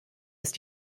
ist